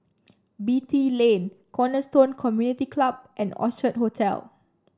Beatty Lane Cornerstone Community Club and Orchard Hotel